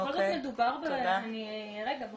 יש